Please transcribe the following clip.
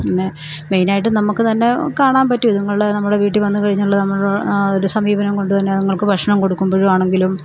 പിന്നെ മെയിനായിട്ട് നമുക്ക് തന്നെ കാണാൻ പറ്റും ഇതുങ്ങളെ നമ്മുടെ വീട്ടിൽ വന്ന് കഴിഞ്ഞാലുള്ള നമ്മളുടെ ആ ഒരു സമീപനം കൊണ്ട് തന്നെ അതുങ്ങൾക്ക് ഭക്ഷണം കൊടുക്കുമ്പോഴും ആണെങ്കിലും